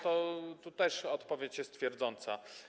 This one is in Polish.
Tu też odpowiedź jest twierdząca.